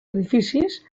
edificis